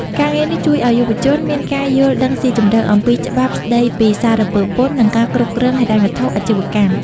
ការងារនេះជួយឱ្យយុវជនមានការយល់ដឹងស៊ីជម្រៅអំពីច្បាប់ស្តីពីសារពើពន្ធ និងការគ្រប់គ្រងហិរញ្ញវត្ថុអាជីវកម្ម។